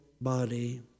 body